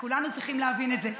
וכולנו צריכים להבין את זה.